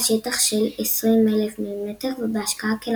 על שטח של 20 אלף מ"ר ובהשקעה של